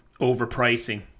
overpricing